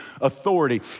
authority